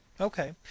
Okay